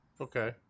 okay